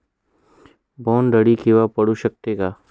बोंड अळी केव्हा पडू शकते?